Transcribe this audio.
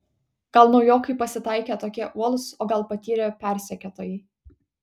gal naujokai pasitaikė tokie uolūs o gal patyrę persekiotojai